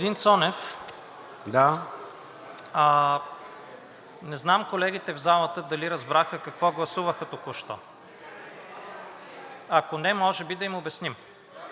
ВАСИЛЕВ: Не знам колегите в залата дали разбраха какво гласуваха току-що. Ако не, може би да им обясним.